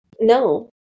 No